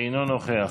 אינו נוכח,